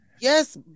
yes